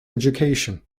education